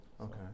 Okay